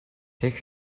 take